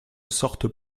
sortent